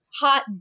Hot